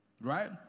right